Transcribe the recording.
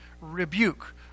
rebuke